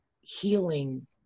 healing